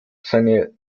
seine